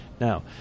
Now